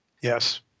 Yes